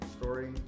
story